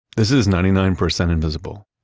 this is ninety nine percent invisible.